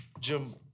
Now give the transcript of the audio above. Jim